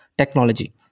Technology